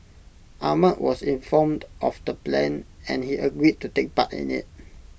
Ahmad was informed of the plan and he agreed to take part in IT